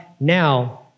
now